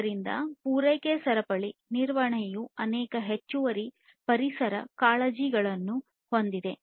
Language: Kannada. ಆದ್ದರಿಂದ ಪೂರೈಕೆ ಸರಪಳಿ ನಿರ್ವಹಣೆಯು ಅನೇಕ ಹೆಚ್ಚುವರಿ ಪರಿಸರ ಕಾಳಜಿಗಳನ್ನು ಹೊಂದಿದೆ